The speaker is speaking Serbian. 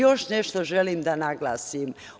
Još nešto želim da naglasim.